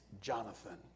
Jonathan